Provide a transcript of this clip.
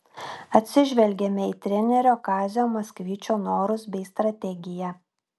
atsižvelgėme į trenerio kazio maksvyčio norus bei strategiją